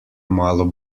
malo